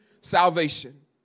salvation